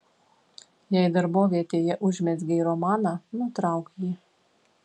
jei darbovietėje užmezgei romaną nutrauk jį